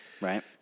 Right